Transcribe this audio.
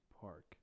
Park